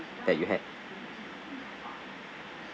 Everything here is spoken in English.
that you had